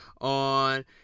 on